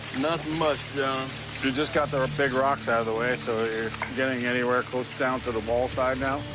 nothing much, john. you just got the big rocks out of the way, so are you getting anywhere closer down to the wall side now?